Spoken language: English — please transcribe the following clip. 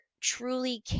truly